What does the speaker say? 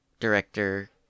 Director